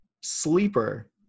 Sleeper